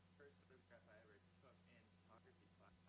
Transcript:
photograph i ever took in photography class.